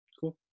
cool